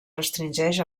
restringeix